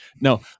no